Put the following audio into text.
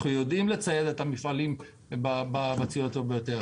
אנחנו יודעים לצייד את המפעלים בציוד הטוב ביותר,